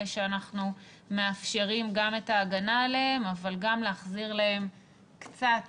שאנחנו מאפשרים גם את ההגנה עליהם אבל גם להחזיר להם קצת